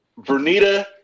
Vernita